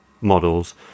models